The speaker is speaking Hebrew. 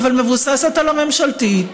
אבל מבוססת על הממשלתית,